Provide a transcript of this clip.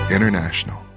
International